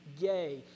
gay